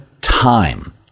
time